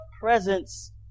presence